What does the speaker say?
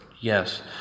Yes